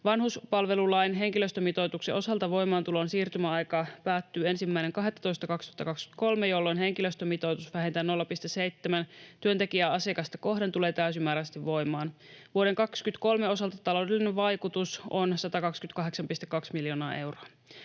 Vanhuspalvelulain henkilöstömitoituksen osalta voimaantulon siirtymäaika päättyy 1.12.2023, jolloin henkilöstömitoitus vähintään 0,7 työntekijää asiakasta kohden tulee täysimääräisesti voimaan. Vuoden 23 osalta taloudellinen vaikutus on 128,2 miljoonaa euroa.